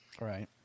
Right